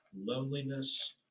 loneliness